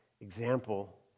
example